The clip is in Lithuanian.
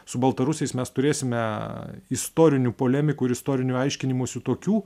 su baltarusiais mes turėsime istorinių polemikų ir istorinių aiškinimųsi tokių